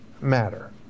matter